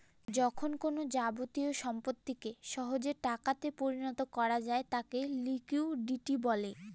যখন কোনো যাবতীয় সম্পত্তিকে সহজে টাকাতে পরিণত করা যায় তাকে লিকুইডিটি বলে